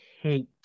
hate